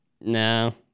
No